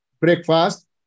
breakfast